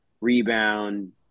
rebound